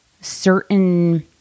certain